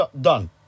done